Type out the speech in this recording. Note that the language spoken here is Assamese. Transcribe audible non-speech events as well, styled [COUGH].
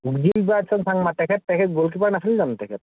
[UNINTELLIGIBLE] তেখেত তেখেত গ'ল কিপাৰ নাছিল জানো তেখেত